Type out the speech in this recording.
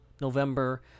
November